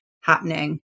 happening